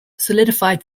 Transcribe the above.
solidified